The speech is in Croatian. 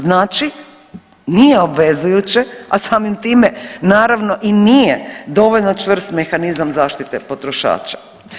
Znači nije obvezujuće, a samim time naravno i nije dovoljno čvrst mehanizam zaštite potrošača.